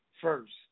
first